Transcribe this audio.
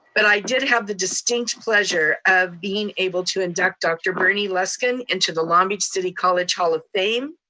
but i did have the distinct pleasure of being able to induct dr. bernie luskin into the long beach city college hall of fame.